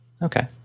Okay